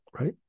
right